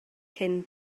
cyn